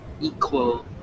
equal